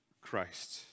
Christ